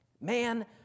Man